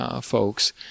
folks